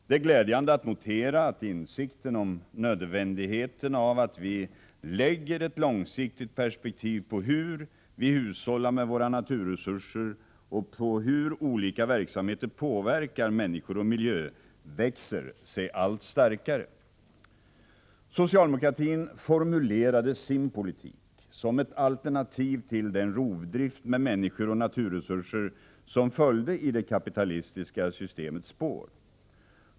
Det är glädjande att notera att insikten om nödvändigheten av att vi lägger ett långsiktigt perspektiv på hur vi hushållar med våra naturresurser och på hur olika verksamheter påverkar människor och miljö växer sig allt starkare. Socialdemokratin formulerade sin politik som ett alternativ till den rovdrift med människor och naturresurser som följde i det kapitalistiska systemets spår.